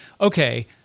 okay